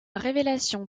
révélation